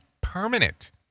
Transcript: Permanent